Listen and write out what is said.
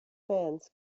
fans